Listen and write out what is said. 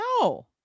No